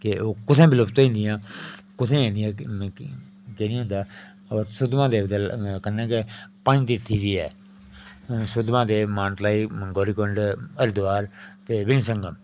कि ओह् कु'त्थें विलुप्त होई जंदियां कु'त्थें जंदियां केह् नेईं होंदा होर सुद्ध महादेव दे कन्नै गै पंजतीर्थी बी ऐ सुद्ध महादेव मानतलाई गौरीकुंड हरिद्वार विनसंगम